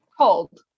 Cold